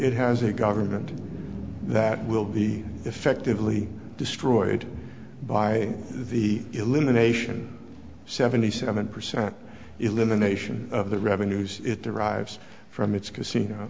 it has a government that will be effectively destroyed by the elimination seventy seven percent elimination of the revenues it derives from its casino